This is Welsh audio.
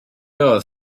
oedd